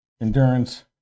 endurance